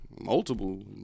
Multiple